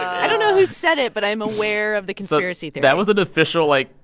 i don't know who said it. but i'm aware of the conspiracy theory that was an official, like,